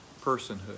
personhood